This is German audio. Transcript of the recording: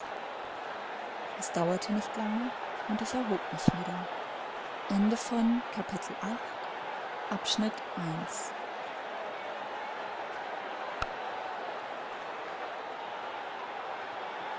es dauerte nicht lange und ich erhob mich wieder